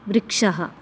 वृक्षः